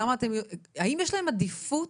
האם יש להן עדיפות?